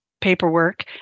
paperwork